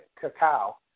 cacao